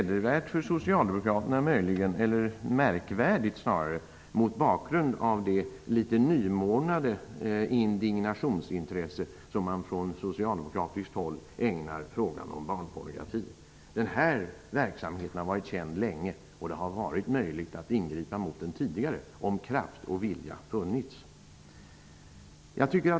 Detta är märkligt mot bakgrund av det litet nymornade indignationsintresse som man från socialdemokratiskt håll nu ägnar frågan om barnpornografin. Denna verksamhet har varit känd länge, och det har varit möjligt att ingripa mot den tidigare, om kraft och vilja hade funnits.